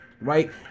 right